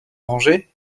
rangé